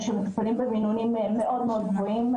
שמטופלים במינונים מאוד מאוד גבוהים.